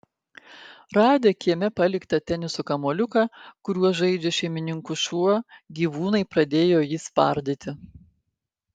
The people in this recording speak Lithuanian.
radę kieme paliktą teniso kamuoliuką kuriuo žaidžia šeimininkų šuo gyvūnai pradėjo jį spardyti